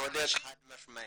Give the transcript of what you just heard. צודק חד-משמעית.